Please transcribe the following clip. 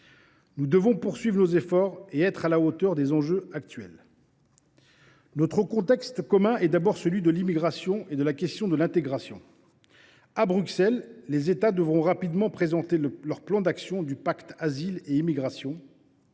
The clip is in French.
Nous devons poursuivre nos efforts et être à la hauteur des enjeux actuels. Notre contexte commun est d’abord celui de l’immigration et de la question de l’intégration. À Bruxelles, les États devront rapidement présenter leur plan d’action du pacte européen sur la migration